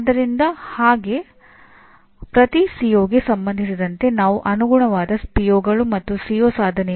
ಆದರೆ ಪಠ್ಯಕ್ರಮದ ವಿನ್ಯಾಸದ ಪ್ರಾರಂಭದ ಹಂತವಾಗಿ ಕಾರ್ಯಕ್ರಮದ ಪರಿಣಾಮಗಳನ್ನು ಬರೆಯುವುದು ಇನ್ನೂ ಹೆಚ್ಚಿನ ಸಂಸ್ಥೆಗಳಲ್ಲಿ ಪ್ರಾರಂಭವಾಗಬೇಕಿದೆ